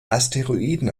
asteroiden